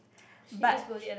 but